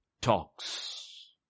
talks